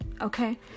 Okay